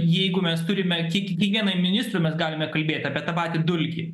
jeigu mes turime kiekvieną ministrą mes galime kalbėt apie tą patį dulkį